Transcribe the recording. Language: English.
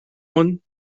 one